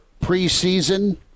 preseason